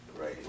right